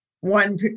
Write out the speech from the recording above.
one